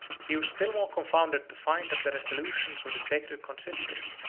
he was still more confounded to find that the resolutions of the sacred consistory,